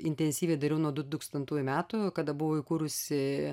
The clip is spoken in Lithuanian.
intensyviai dariau nuodutūkstantųjų metų kada buvau įkūrusi